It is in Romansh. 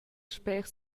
sper